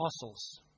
apostles